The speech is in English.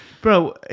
Bro